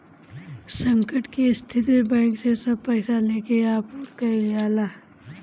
संकट के स्थिति में बैंक से सब पईसा लेके आपूर्ति कईल जाला